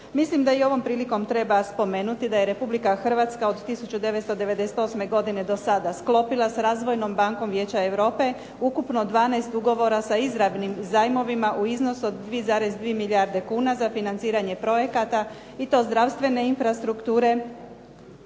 Mislim da i ovom prilikom treba spomenuti da je Republika Hrvatska od 1998. godine do sada sklopila s Razvojnom bankom Vijeća Europe ukupno 12 ugovora sa izravnim zajmovima u iznosu od 2,2 milijarde kuna za financiranje projekata, i to zdravstvene infrastrukture